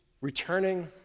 returning